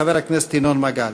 חבר הכנסת ינון מגל.